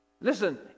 Listen